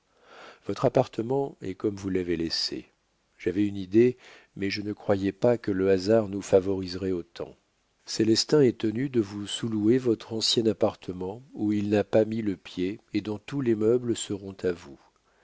votre appartement est comme vous l'avez laissé j'avais une idée mais je ne croyais pas que le hasard nous favoriserait autant célestin est tenu de vous sous louer votre ancien appartement où il n'a pas mis le pied et dont tous les meubles seront à vous